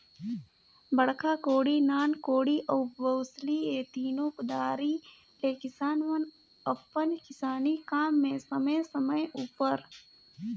बड़खा कोड़ी, नान कोड़ी अउ बउसली ए तीनो कुदारी ले किसान मन अपन किसानी काम मे समे समे उपर